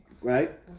Right